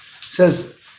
says